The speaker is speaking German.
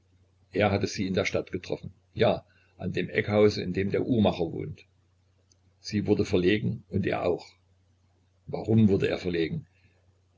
er hatte sie in der stadt getroffen ja an dem eckhause in dem der uhrmacher wohnt sie wurde verlegen und er auch warum wurde er verlegen